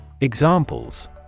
Examples